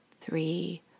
three